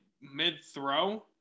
mid-throw